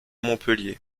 montpellier